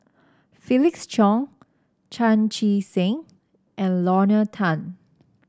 Felix Cheong Chan Chee Seng and Lorna Tan